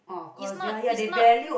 is not is not